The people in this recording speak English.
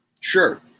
sure